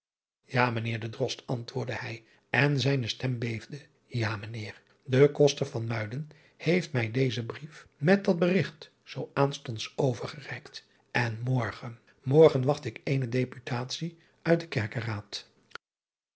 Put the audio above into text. a ijnheer de rost antwoordde hij en zijne stem beefde a ijnheer e oster van uiden heeft mij dezen brief met dat berigt zoo aanstonds overgereikt en morgen morgen wacht ik eene deputatie uit den erkeraad